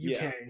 UK